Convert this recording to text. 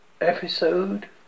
episode